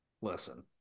Listen